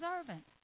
observant